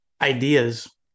ideas